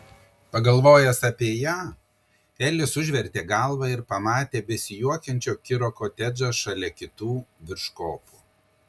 pagalvojęs apie ją elis užvertė galvą ir pamatė besijuokiančio kiro kotedžą šalia kitų virš kopų